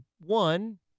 One